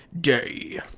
day